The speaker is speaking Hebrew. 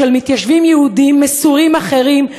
למתיישבים יהודים מסורים אחרים,